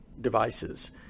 devices